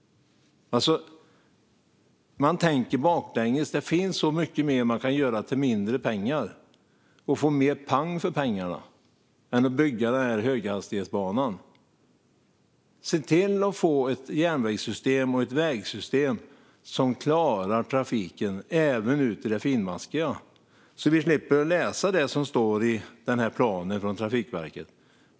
Man tänker baklänges. Det finns så mycket mer man kan göra för mindre pengar och få mer pang för pengarna än att bygga höghastighetsbanor. Se till att få ett järnvägssystem och ett vägsystem som klarar trafiken, även ute i det finmaskiga! Då slipper vi läsa det som står i Trafikverkets plan.